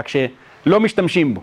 רק שלא משתמשים בו,